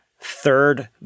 third